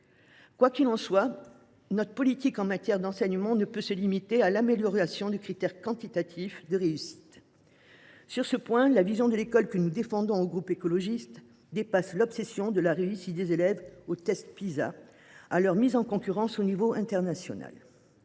Quoi qu’il en soit, notre politique en matière d’enseignement ne peut se limiter à l’amélioration des critères quantitatifs de réussite. Sur ce point, la vision de l’école que nous défendons au groupe écologiste dépasse l’obsession de la réussite des élèves au test Pisa et de leur mise en concurrence au niveau international.